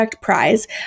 Prize